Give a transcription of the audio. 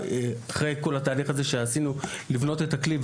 אחרי התהליך שעשינו על מנת לבנות את הכלי,